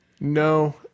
No